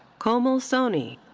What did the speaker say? komal soni.